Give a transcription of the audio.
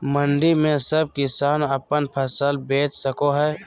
मंडी में सब किसान अपन फसल बेच सको है?